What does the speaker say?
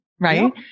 Right